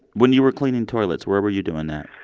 when you were cleaning toilets, where were you doing that?